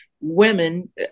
women